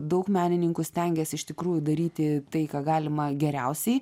daug menininkų stengiasi iš tikrųjų daryti tai ką galima geriausiai